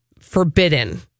forbidden